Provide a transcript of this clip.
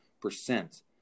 percent